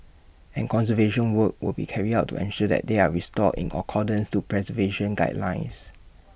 and conservation work will be carried out to ensure that they are restored in accordance to preservation guidelines